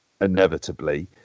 Inevitably